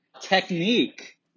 technique